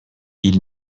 ils